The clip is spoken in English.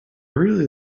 really